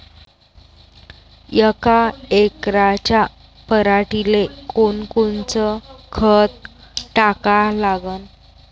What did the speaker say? यका एकराच्या पराटीले कोनकोनचं खत टाका लागन?